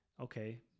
okay